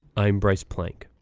i'm bryce plank.